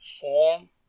form